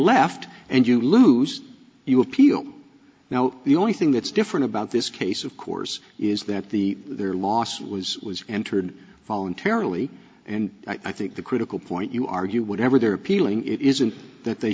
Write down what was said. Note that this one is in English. left and you lose you appeal now the only thing that's different about this case of course is that the their lawsuit was entered voluntarily and i think the critical point you argue whatever they're appealing it isn't that they